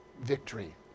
victory